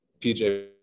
PJ